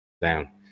down